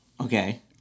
Okay